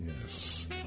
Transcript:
Yes